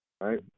right